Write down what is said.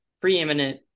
preeminent